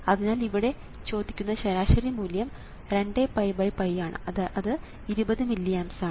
അതിനാൽ ഇവിടെ ചോദിക്കുന്ന ശരാശരി മൂല്യം 20𝜋𝜋 ആണ് അത് 20 മില്ലി ആംപ്സ് ആണ്